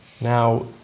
Now